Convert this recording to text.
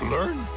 Learn